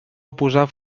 oposar